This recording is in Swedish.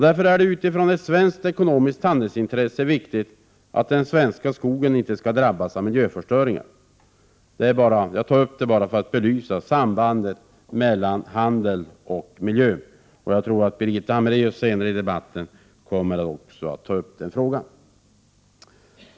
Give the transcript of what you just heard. Därför är det utifrån ett svenskt ekonomiskt handelsintresse viktigt att den svenska skogen inte skall drabbas av miljöförstöring. Jag nämner detta bara för att belysa sambandet mellan handel och miljö. Jag tror att Birgitta Hambraeus senare i debatten kommer att ta upp den frågan.